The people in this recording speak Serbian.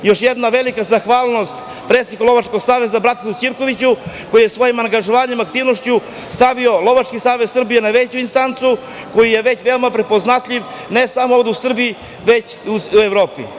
Još jedna velika zahvalnost predsedniku Lovačkog saveza, Bratislavu Ćirkoviću, koji je svojim angažovanjem, aktivnošću stavio Lovački savez Srbije na veću instancu, koji je već veoma prepoznatljiv, ne samo ovde u Srbiji, već i u Evropi.